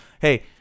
hey